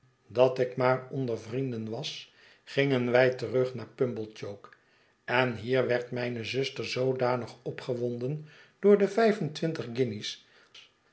bevonden datik maar onder vrienden was gingen wij terug naar pumblechook en hier werd mijne zuster zoodanig opgewonden door de vijf